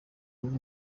wumve